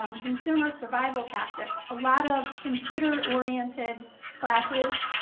um consumer survivor tactics, a lot of computer oriented classes,